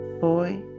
boy